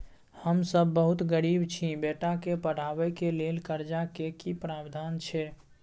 हम सब बहुत गरीब छी, बेटा के पढाबै के लेल कर्जा के की प्रावधान छै?